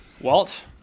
Walt